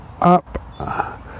up